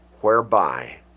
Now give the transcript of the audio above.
whereby